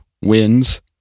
wins